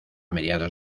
mediados